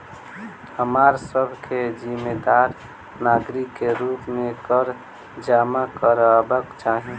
हमरा सभ के जिम्मेदार नागरिक के रूप में कर जमा करबाक चाही